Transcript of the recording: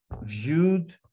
viewed